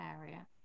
area